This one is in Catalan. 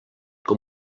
com